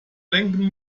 lenken